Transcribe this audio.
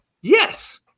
Yes